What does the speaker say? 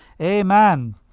Amen